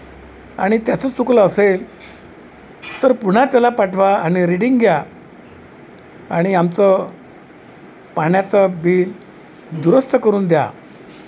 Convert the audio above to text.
आणि त्याचं चुकलं असेल तर पुन्हा त्याला पाठवा आणि रिडिंग घ्या आणि आमचं पाण्याचं बिल दुरुस्त करून द्या